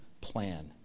plan